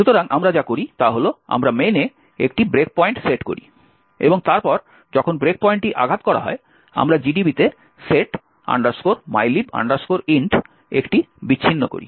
সুতরাং আমরা যা করি তা হল আমরা main এ একটি ব্রেকপয়েন্ট সেট করি এবং তারপর যখন ব্রেকপয়েন্টটি আঘাত করা হয় আমরা GDB তে সেট mylib int একটি বিচ্ছিন্ন করি